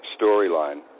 storyline